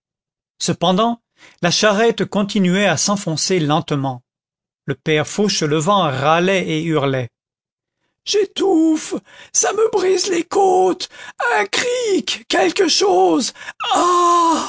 cependant la charrette continuait à s'enfoncer lentement le père fauchelevent râlait et hurlait j'étouffe ça me brise les côtes un cric quelque chose